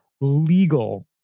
legal